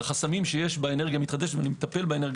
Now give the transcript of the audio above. החסמים שיש באנרגיה מתחדשת ואני מטפל בזה